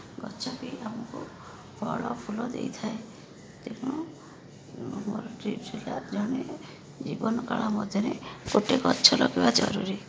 ଗଛ ବି ଆମକୁ ଫଳ ଫୁଲ ଦେଇଥାଏ ତେଣୁ ଆମର ଡ୍ୟୁଟି ହେଲା ଜଣେ ଜୀବନ କାଳ ମଧ୍ୟରେ ଗୋଟେ ଗଛ ଲଗେଇବା ଜରୁରୀ